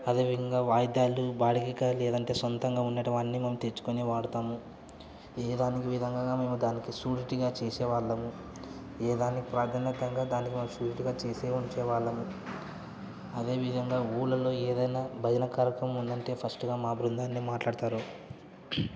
అదేవిధంగా వాయిద్యాలు బాడిగకా లేదంటే సొంతంగా ఉన్నటువన్నీ మేము తెచ్చుకునే వాడతాము ఏ దానికి విధంగా మేము దానికి సూరిటీగా చేసేవాళ్ళము ఏ దానికి ప్రాధాన్యతగా దానికి మేము సూరిటీగా చేసే వచ్చేవాళ్ళము అదేవిధంగా ఊళ్ళలో ఏదైనా భజన కార్యక్రమం ఉందంటే ఫస్ట్గా మా బృందాన్నే మాట్లాడతారు